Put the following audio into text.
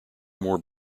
more